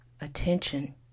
Attention